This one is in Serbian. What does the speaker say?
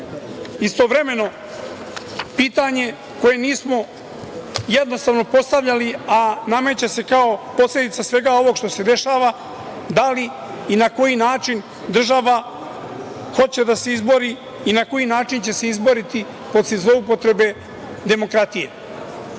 Kramon. Istovremeno, pitanje koje nismo jednostavno postavljali, a nameće se kao posledica svega ovoga što se dešava, da li i na koji način država hoće da se izbori i na koji način će se izboriti protiv zloupotrebe demokratije?